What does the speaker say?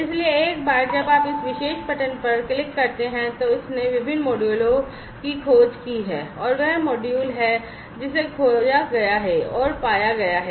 इसलिए एक बार जब आपने इस विशेष बटन पर क्लिक किया तो इसने विभिन्न मॉड्यूलों की खोज की और यह वह मॉड्यूल है जिसे खोजा गया है और पाया गया है